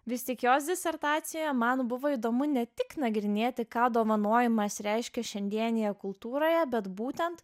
vis tik jos disertacijoe man buvo įdomu ne tik nagrinėti ką dovanojimas reiškia šiandienėje kultūroje bet būtent